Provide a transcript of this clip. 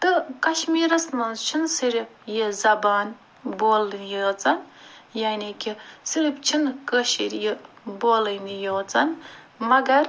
تہٕ کشمیٖرَس منٛز چھِنہٕ صِرِف یہِ زبان بولنٕے یوت یعنی کہِ صِرِف چھِنہٕ کٲشِر یہِ بولٲنی یوت مگر